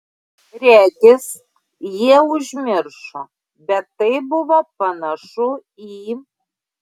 regis jie užmiršo bet tai buvo panašu į